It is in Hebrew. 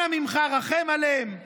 אנא ממך, רחם עליהם.